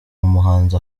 umuhanzi